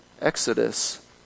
Exodus